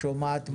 שומעת,